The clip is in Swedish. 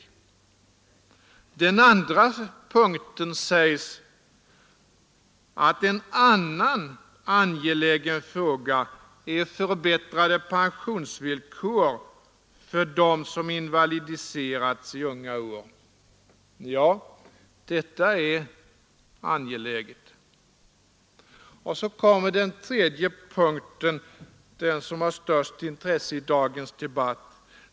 I den andra punkten sägs att en annan angelägen fråga är förbättrade pensionsvillkor för dem som invalidiseras i unga år. Ja, detta är angeläget. Och så kommer den tredje punkten, den som har det största intresset i dagens debatt.